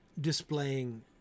displaying